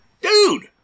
Dude